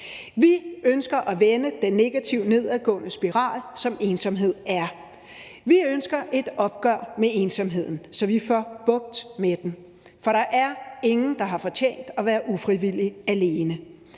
Vi ønsker at vende den negative, nedadgående spiral, som ensomhed er. Vi ønsker et opgør med ensomheden, så vi får bugt med den. For der er ingen, der har fortjent at være ufrivilligt alene.